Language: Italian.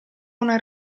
una